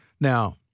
Now